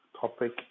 topic